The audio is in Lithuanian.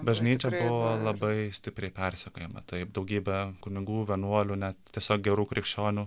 bažnyčia buvo labai stipriai persekiojama taip daugybė kunigų vienuolių net tiesiog gerų krikščionių